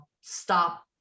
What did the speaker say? stop